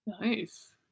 Nice